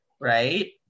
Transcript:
right